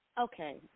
Okay